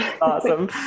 Awesome